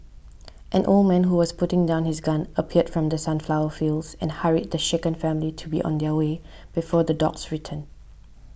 an old man who was putting down his gun appeared from the sunflower fields and hurried the shaken family to be on their way before the dogs return